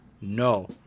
No